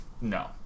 no